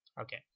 Okay